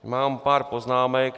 Mám pár poznámek.